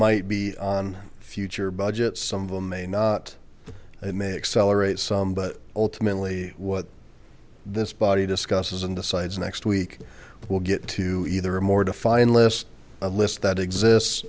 might be on future budgets some of them may not it may accelerate some but ultimately what this body discusses and decides next week will get to either a more defined list a list that exists